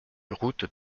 route